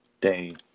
day